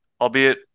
albeit